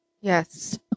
Yes